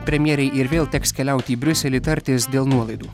premjerei ir vėl teks keliauti į briuselį tartis dėl nuolaidų